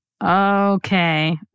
Okay